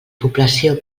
població